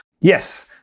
Yes